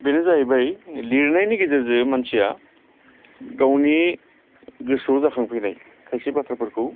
बेनो जाहैबाय लिरनायनि गेजेरजों मानसिया गावनि गोसोआव जाखांफैनाय खायसे बाथ्राफोरखौ